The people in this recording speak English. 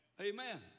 Amen